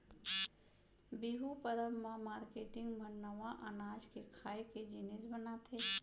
बिहू परब म मारकेटिंग मन नवा अनाज ले खाए के जिनिस बनाथे